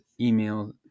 email